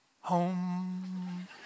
home